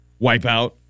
Wipeout